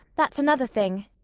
that's another thing.